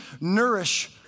nourish